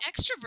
extrovert